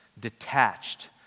detached